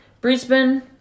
Brisbane